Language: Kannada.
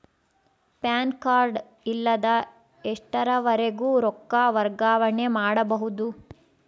ಪ್ಯಾನ್ ಕಾರ್ಡ್ ಇಲ್ಲದ ಎಷ್ಟರವರೆಗೂ ರೊಕ್ಕ ವರ್ಗಾವಣೆ ಮಾಡಬಹುದು?